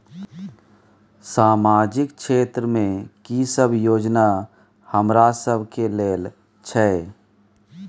सामाजिक क्षेत्र में की सब योजना हमरा सब के लेल छै?